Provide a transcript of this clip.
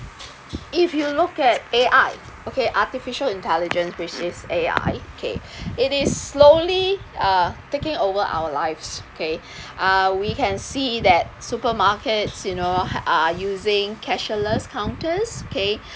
if you look at A_I okay artificial intelligence which is A_I okay it is slowly uh taking over our lives okay we can see that supermarkets you know are using cashless counters okay